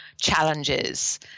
challenges